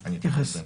אני אתייחס בהמשך.